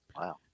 Wow